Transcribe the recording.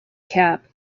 cap